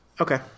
Okay